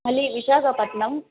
మళ్ళీ విశాఖపట్నం